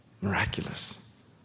Miraculous